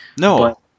No